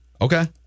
Okay